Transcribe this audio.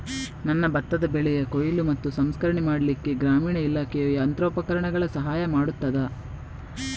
ನನ್ನ ಭತ್ತದ ಬೆಳೆಯ ಕೊಯ್ಲು ಮತ್ತು ಸಂಸ್ಕರಣೆ ಮಾಡಲಿಕ್ಕೆ ಗ್ರಾಮೀಣ ಇಲಾಖೆಯು ಯಂತ್ರೋಪಕರಣಗಳ ಸಹಾಯ ಮಾಡುತ್ತದಾ?